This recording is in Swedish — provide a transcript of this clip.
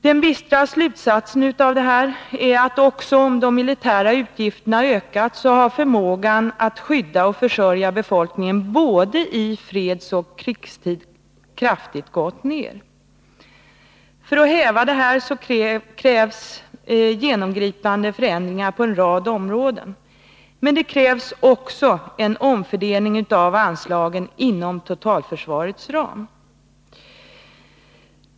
Den bistra slutsatsen är att även om de militära utgifterna har ökat, så har förmågan att skydda och försörja befolkningen i både fredsoch krigstid gått ned kraftigt. För att häva detta krävs genomgripande förändringar på en rad områden, men det krävs också en omfördelning av anslagen inom totalförsvarets ram.